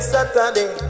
Saturday